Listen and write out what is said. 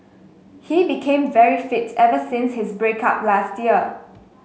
he became very fit ever since his break up last year